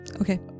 Okay